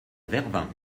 vervins